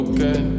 Okay